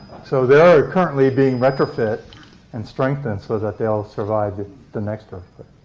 so they're currently being retrofit and strengthened so that they'll survive the next